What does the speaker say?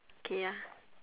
K ya